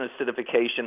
acidification